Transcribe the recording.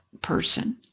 person